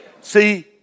See